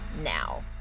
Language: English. now